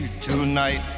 tonight